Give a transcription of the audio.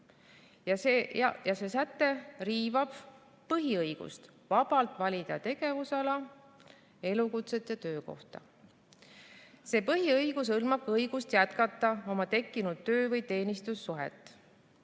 ja see säte riivab põhiõigust vabalt valida tegevusala, elukutset ja töökohta. See põhiõigus hõlmab õigust jätkata oma tekkinud töö- või teenistussuhet.